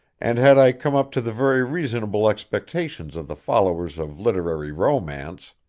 and had i come up to the very reasonable expectations of the followers of literary romance,